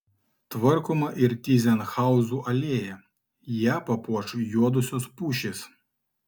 tvarkoma ir tyzenhauzų alėja ją papuoš juodosios pušys